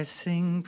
sing